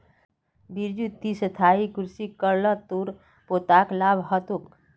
बिरजू ती स्थायी कृषि कर ल तोर पोताक लाभ ह तोक